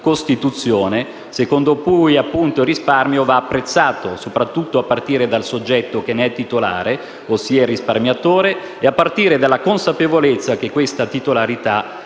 Costituzione, secondo cui, appunto, il risparmio va apprezzato soprattutto a partire dal soggetto che ne è titolare, ossia il risparmiatore, e a partire dalla consapevolezza che questa titolarità